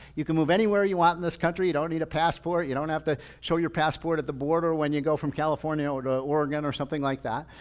you can move anywhere you want in this country. you don't need a passport, you don't have to show your passport at the border, when you go from california over to oregon or something like that.